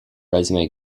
resume